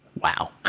Wow